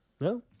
No